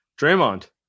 Draymond